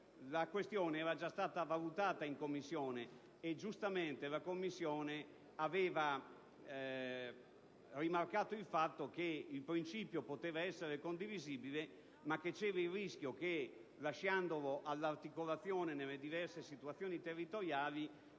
La questione era già stata valutata in Commissione dove, giustamente, era stato rimarcato il fatto che il principio poteva essere condivisibile ma vi era il rischio che, nell'articolazione nelle diverse situazioni territoriali,